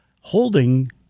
holding